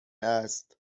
است